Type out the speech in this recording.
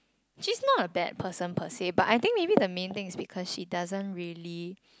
she's not a bad person per se but I think maybe the main thing is she doesn't really